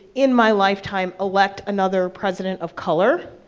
in my lifetime, elect another president of color,